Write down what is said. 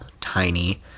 tiny